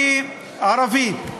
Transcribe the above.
אני ערבי.